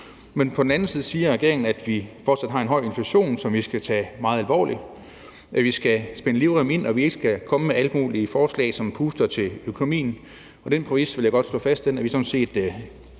men på den anden side siger regeringen, at vi fortsat har en høj inflation, som vi skal tage meget alvorligt, at vi skal spænde livremmen ind, og at vi ikke skal komme med alle mulige forslag, som puster til økonomien. Og jeg vil godt slå fast, at den præmis er vi sådan set